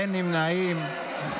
אין נמנעים.